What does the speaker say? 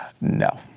no